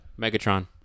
Megatron